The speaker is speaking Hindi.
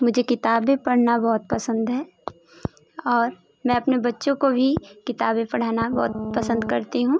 मुझे किताबें पढ़ना बहुत पसंद है और मैं अपने बच्चों को भी किताबें पढ़ाना बहुत पसंद करती हूँ